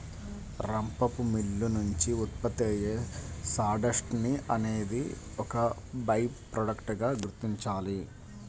రంపపు మిల్లు నుంచి ఉత్పత్తి అయ్యే సాడస్ట్ ని అనేది ఒక బై ప్రొడక్ట్ గా గుర్తించాలి